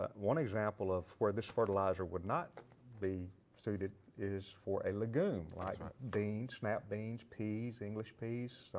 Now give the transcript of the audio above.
ah one example of where this fertilizer would not be suited is for a lagoon like beans, snap beans, peas, english peas,